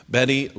Betty